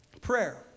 Prayer